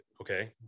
okay